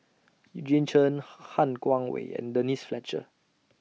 Eugene Chen Han Guangwei and Denise Fletcher